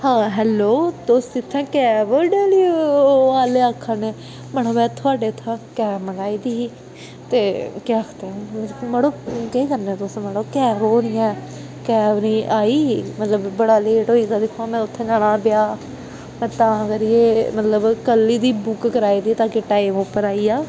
hello तुस इत्थै cab ओह् आह्ले आक्खा ने मड़ा में थोआढ़े इत्थें कैब मंगाई दी ही ते केह् आखदे मड़ो केह् करने तुस मड़ो कै ब ओह् निं ऐ कैब निं आई मतलब बड़ा लेट होई गेदा दिक्खो हां में उत्थें जाना हा ब्याह् ते तां करियै मतलब कल्ले दी बुक कराई दी ताकि टाइम उप्पर आई जा